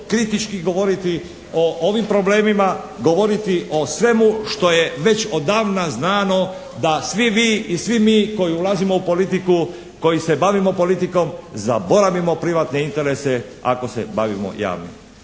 kritički govoriti o ovim problemima, govoriti o svemu što je već odavna znano da svi vi i svi mi koji ulazimo u politiku, koji se bavimo politikom zaboravimo privatne interese ako se bavimo javnim.